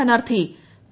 സ്ഥാനാർത്ഥി പി